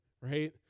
right